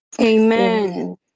Amen